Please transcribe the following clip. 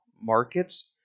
markets